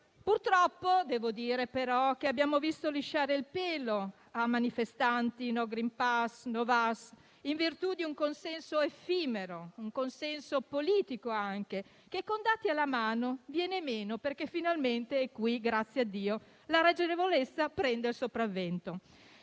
Purtroppo devo dire che abbiamo visto lisciare il pelo a manifestanti no *green pass* e no vax in virtù di un consenso effimero, di un consenso politico che con dati alla mano viene meno perché finalmente la ragionevolezza prende il sopravvento.